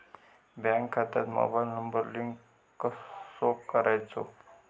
Bank खात्यात mobile number link कसो करायचो?